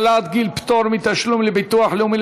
העלאת גיל פטור מתשלום לביטוח לאומי